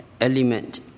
element